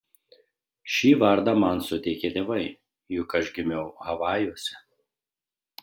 šį vardą man suteikė tėvai juk aš gimiau havajuose